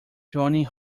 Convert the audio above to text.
johnny